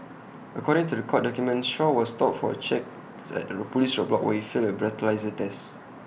according to The Court documents Shaw was stopped for checks at A Police roadblock where failed A breathalyser test